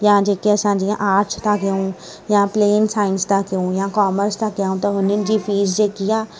या जेके असां जीअं आर्ट्स था कयूं या प्लेन साइंस था कयूं या कॉमर्स था कयूं त हुननि जी फीस जेकी आहे